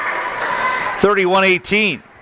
31-18